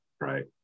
right